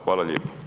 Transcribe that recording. Hvala lijepo.